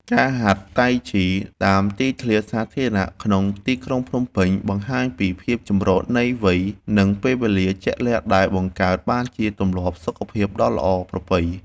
ការហាត់តៃជីតាមទីធ្លាសាធារណៈក្នុងទីក្រុងភ្នំពេញ បង្ហាញពីភាពចម្រុះនៃវ័យ និងពេលវេលាជាក់លាក់ដែលបង្កើតបានជាទម្លាប់សុខភាពដ៏ល្អប្រពៃ។